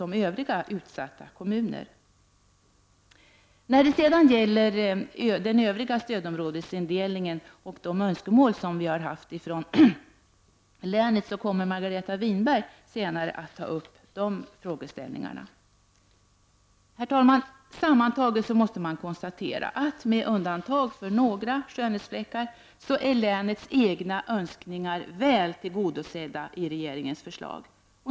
Margareta Winberg kommer senare i debatten att tala om den övriga stödområdesindelningen och de önskemål som vi från länet har haft. Herr talman! Sammantaget måste man konstatera att med undantag av några skönhetsfläckar är länets egna önskemål väl tillgodosedda i regeringens förslag.